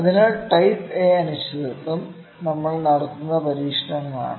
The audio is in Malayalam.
അതിനാൽ ടൈപ്പ് എ അനിശ്ചിതത്വം നമ്മൾ നടത്തുന്ന പരീക്ഷണങ്ങളാണ്